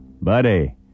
buddy